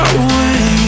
away